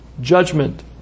judgment